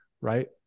right